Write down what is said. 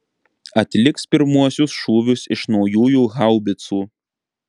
atliks pirmuosius šūvius iš naujųjų haubicų